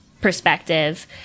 perspective